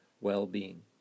well-being